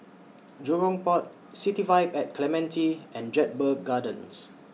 Jurong Port City Vibe At Clementi and Jedburgh Gardens